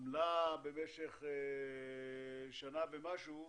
עמלה במשך שנה ומשהו,